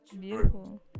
beautiful